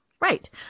Right